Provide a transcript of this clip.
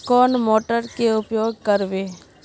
कौन मोटर के उपयोग करवे?